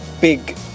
big